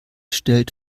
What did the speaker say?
stellt